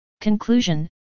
Conclusion